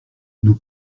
nous